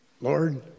Lord